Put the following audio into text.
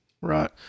Right